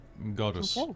Goddess